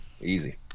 easy